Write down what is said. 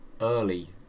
early